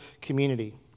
community